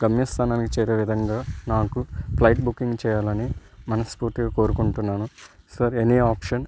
గమ్యస్థానానికి చేరే విధంగా నాకు ఫ్లైట్ బుకింగ్ చెయ్యాలని మనస్ఫూర్తిగా కోరుకుంటున్నాను సార్ ఎనీ ఆప్షన్